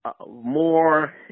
more